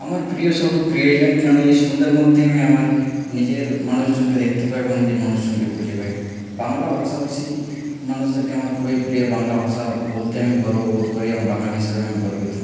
আমার প্রিয় শব্দ প্রিয়জন কেনোনা এই শব্দের মধ্যে আমি আমার নিজের মানুষজনকে দেখতে পাই এবং নিজের মানুষজনকে খুঁজে পাই বাংলা ভাষাভাষী মানুষদেরকে আমার খুবি প্রিয় বাংলা ভাষা বলতে আমি গর্ব বোধকরি এবং বাঙালি হিসাবে আমি গর্বিত